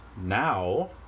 now